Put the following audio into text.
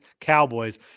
Cowboys